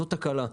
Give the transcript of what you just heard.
זאת תקלה.